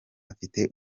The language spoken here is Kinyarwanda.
afite